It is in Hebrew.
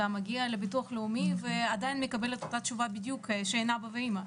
אתה מגיע לביטוח לאומי ועדיין מקבל את אותה תשובה בדיוק שאין אבא ואימא.